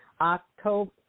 October